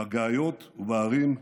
בגיאיות ובהרים,